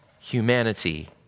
humanity